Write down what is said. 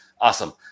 Awesome